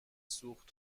سوخت